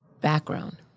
background